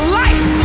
life